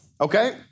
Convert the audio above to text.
Okay